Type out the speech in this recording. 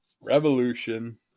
revolution